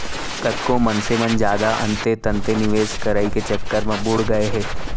कतको मनसे मन जादा अंते तंते निवेस करई के चक्कर म बुड़ गए हे